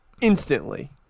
instantly